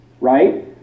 right